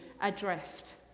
adrift